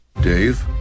dave